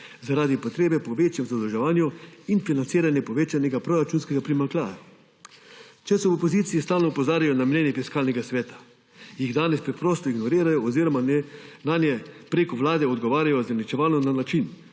zaradi potrebe po večjem zadolževanju in financiranje povečanega proračunskega primanjkljaja. Če so v opoziciji stalno opozarjajo na mnenje Fiskalnega sveta, jih danes preprosto ignorirajo oziroma nanje preko Vlade odgovarjajo zaničevalno na način,